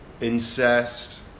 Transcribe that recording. Incest